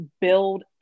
build